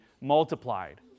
multiplied